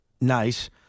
Nice